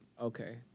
Okay